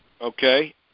Okay